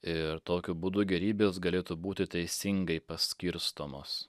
ir tokiu būdu gėrybės galėtų būti teisingai paskirstomos